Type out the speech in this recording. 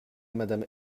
madame